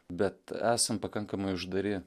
bet esam pakankamai uždari